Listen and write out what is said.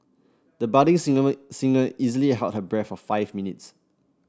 the budding singer easily held her breath for five minutes